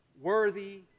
worthy